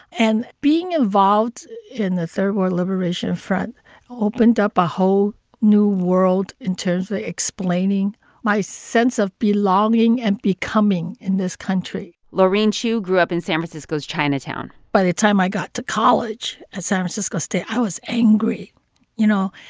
and being involved in the third world liberation front opened up a whole new world in terms of explaining my sense of belonging and becoming in this country laureen chew grew up in san francisco's chinatown by the time i got to college at san francisco state, i was angry you know,